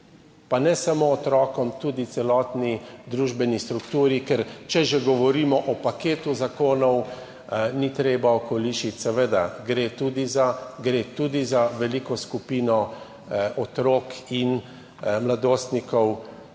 pa ne samo otrokom, tudi celotni družbeni strukturi. Če že govorimo o paketu zakonov, ni treba okolišiti, seveda gre tudi za veliko skupino otrok in mladostnikov,